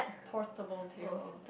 portable table